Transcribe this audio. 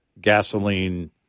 gasoline